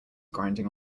grinding